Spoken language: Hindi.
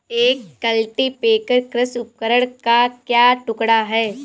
एक कल्टीपैकर कृषि उपकरण का एक टुकड़ा है